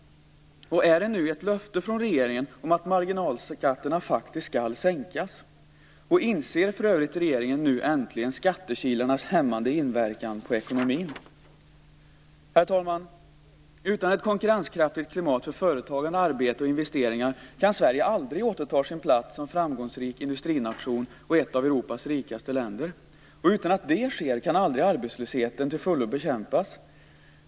Är det nu ett löfte från regeringen att marginalskatterna faktiskt skall sänkas? Och inser för övrigt regeringen nu äntligen skattekilarnas hämmande inverkan på ekonomin? Herr talman! Utan ett konkurrenskraftigt klimat för företagande, arbete och investeringar kan Sverige aldrig återta sin plats som framgångsrik industrination och ett av Europas rikaste länder. Utan att det sker kan arbetslösheten aldrig till fullo bekämpas.